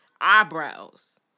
eyebrows